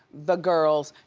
the girls,